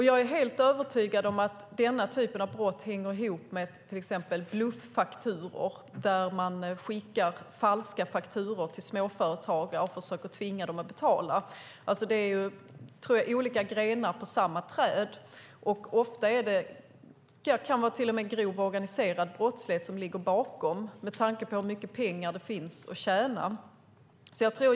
Jag är helt övertygad om att denna typ av brott hänger ihop med till exempel bluffakturor där man skickar falska fakturor till småföretagare och försöker att tvinga dem att betala. Det är olika grenar på samma träd. Det kan ofta till och med vara grov organiserad brottslighet som ligger bakom med tanke på hur mycket pengar det finns att tjäna.